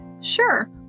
Sure